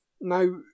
Now